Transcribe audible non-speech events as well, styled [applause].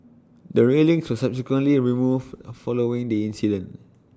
the railings were subsequently removed [hesitation] following the accident